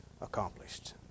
accomplished